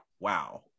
wow